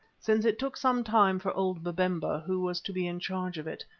since it took some time for old babemba, who was to be in charge of it,